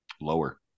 Lower